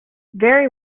very